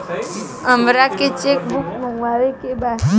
हमारा के cheque book मगावे के बा?